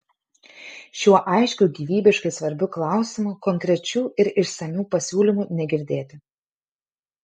šiuo aiškiu gyvybiškai svarbiu klausimu konkrečių ir išsamių pasiūlymų negirdėti